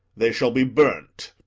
they shall be burnt.